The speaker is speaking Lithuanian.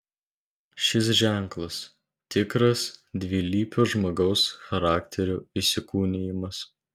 šis ženklas tikras dvilypio žmogaus charakterio įsikūnijimas